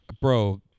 bro